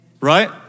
Right